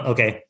Okay